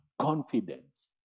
confidence